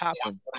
happen